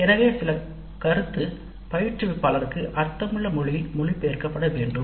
எனவே சில கருத்து பயிற்றுவிப்பாளருக்கு அர்த்தமுள்ள மொழியில் மொழிபெயர்க்கப்பட வேண்டும்